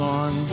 on